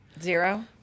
Zero